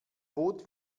bot